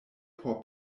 por